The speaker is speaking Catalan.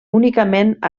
únicament